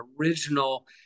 original